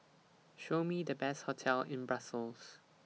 Show Me The Best hotels in Brussels